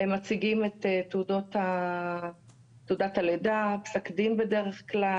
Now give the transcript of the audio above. הם מציגים את תעודת הלידה, פסק דין בדרך כלל.